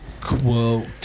Quote